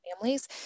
families